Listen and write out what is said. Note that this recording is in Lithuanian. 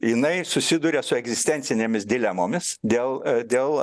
jinai susiduria su egzistencinėmis dilemomis dėl dėl